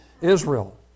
Israel